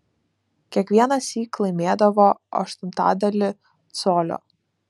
kiekvienąsyk laimėdavo aštuntadalį colio